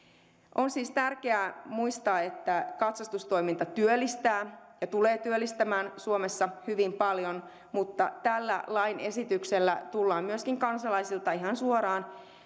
on siis tärkeää muistaa että katsastustoiminta työllistää ja tulee työllistämään suomessa hyvin paljon mutta tällä lakiesityksellä tullaan myöskin kansalaisilta ihan suoraan